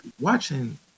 watching